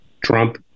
Trump